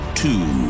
two